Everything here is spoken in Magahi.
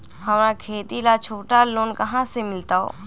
हमरा खेती ला छोटा लोने कहाँ से मिलतै?